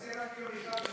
אז זה רק יום אחד,